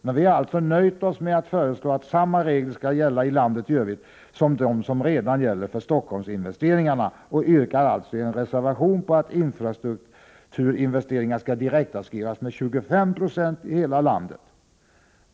Men vi har alltså nöjt oss med att föreslå att samma regler skall gälla i landet i övrigt som de som redan gäller för Stockholmsinvesteringarna och yrkar i en reservation på att infrastrukturinvesteringarna skall direktavskrivas med 25 96 i hela landet.